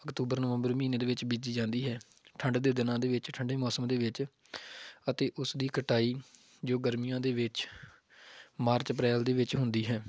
October ਨਵੰਬਰ ਮਹੀਨੇ ਦੇ ਵਿੱਚ ਬੀਜੀ ਜਾਂਦੀ ਹੈ ਠੰਡ ਦੇ ਦਿਨਾਂ ਦੇ ਵਿੱਚ ਠੰਡੇ ਮੌਸਮ ਦੇ ਵਿੱਚ ਅਤੇ ਉਸ ਦੀ ਕਟਾਈ ਜੋ ਗਰਮੀਆਂ ਦੇ ਵਿੱਚ ਮਾਰਚ ਅਪ੍ਰੈਲ ਦੇ ਵਿੱਚ ਹੁੰਦੀ ਹੈ